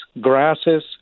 grasses